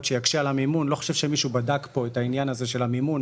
שיקשה על המימון לא חושב שמישהו בדק פה את העניין הזה של המימון,